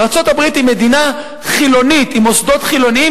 וארצות-הברית היא מדינה חילונית עם מוסדות חילוניים,